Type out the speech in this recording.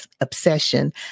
obsession